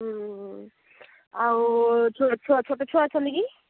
ଆଉ ଛୁଆ ଛୋଟ ଛୁଆ ଅଛନ୍ତି କି